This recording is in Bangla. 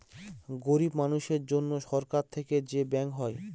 গরিব মানুষের জন্য সরকার থেকে যে ব্যাঙ্ক হয়